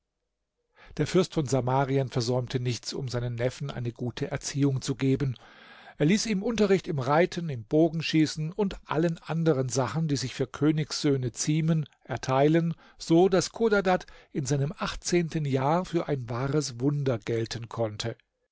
der fürst von samarien versäumte nichts um seinem neffen eine gute erziehung zu geben er ließ ihm unterricht im reiten im bogenschießen und allen anderen sachen die sich für königssöhne ziemen erteilen so daß chodadad in seinem achtzehnten jahr für ein wahres wunder gelten konnte